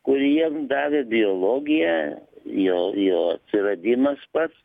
kurį jiem davė biologija jo jo atsiradimas pats